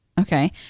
okay